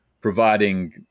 providing